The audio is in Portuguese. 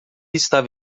estava